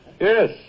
Yes